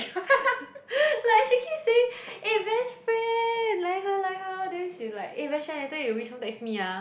like she keep saying eh best friend 来和来和 then she like eh best friend later you reach home text me ah